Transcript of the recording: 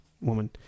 woman